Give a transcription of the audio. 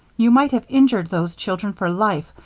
you might have injured those children for life,